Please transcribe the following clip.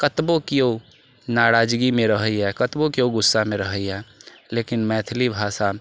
कतबो केओ नाराजगीमे रहैया कतबो केओ गुस्सामे रहैया लेकिन मैथिली भाषा